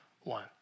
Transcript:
one